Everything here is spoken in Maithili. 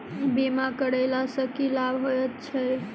बीमा करैला सअ की लाभ होइत छी?